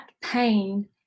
pain